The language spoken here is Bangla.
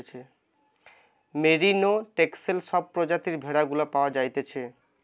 মেরিনো, টেক্সেল সব প্রজাতির ভেড়া গুলা পাওয়া যাইতেছে